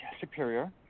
Superior